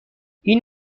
این